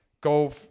go